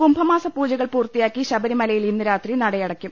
കുംഭമാസ പൂജകൾ പൂർത്തിയാക്കി ശബരിമലയിൽ ഇന്ന് രാത്രി നടയടയ്ക്കും